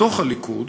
בתוך הליכוד,